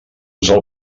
usar